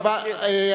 הבנתי.